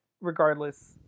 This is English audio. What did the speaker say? regardless